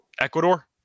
Ecuador